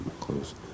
Close